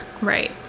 Right